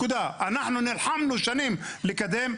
אנחנו נלחמנו שנים לקדם.